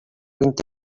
vint